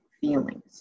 feelings